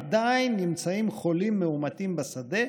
עדיין נמצאים חולים מאומתים בשדה,